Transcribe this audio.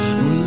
no